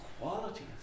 quality